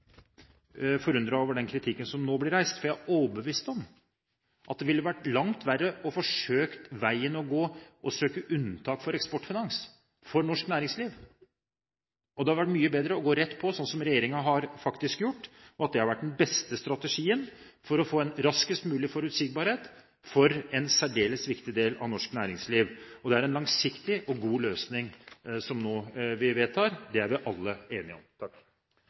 over den kritikken som nå blir reist – jeg er overbevist om at det ville vært langt verre å forsøke å gå veien og søke unntak for Eksportfinans, for norsk næringsliv. Det har vært mye bedre å gå rett på, sånn som regjeringen faktisk har gjort. Det har vært den beste strategien for å få en raskest mulig forutsigbarhet for en særdeles viktig del av norsk næringsliv. Det er en langsiktig og god løsning som vi nå vedtar. Det er vi alle enige om.